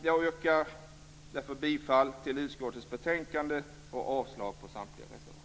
Jag yrkar därför bifall till utskottets hemställan i betänkandet och avslag på samtliga reservationer.